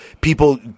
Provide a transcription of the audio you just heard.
people